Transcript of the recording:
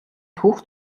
түүх